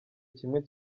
kimwe